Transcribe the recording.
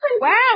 Wow